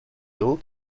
mill